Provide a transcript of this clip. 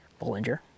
Bollinger